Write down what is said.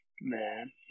Man